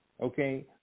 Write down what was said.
Okay